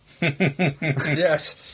Yes